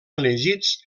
elegits